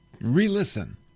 re-listen